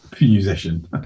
musician